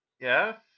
Yes